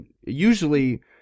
usually